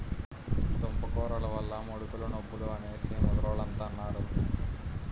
దుంపకూరలు వల్ల ముడుకులు నొప్పులు అనేసి ముదరోలంతన్నారు